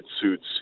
suits